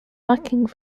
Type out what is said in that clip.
backing